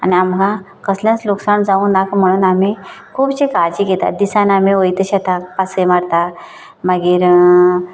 आनी आमकां कसलेंच लुकसाण जावूं नाका म्हणून आमी खुबशी काळजी घेतात दिसान दीस आमी वयता शेता पासय मारता मागीर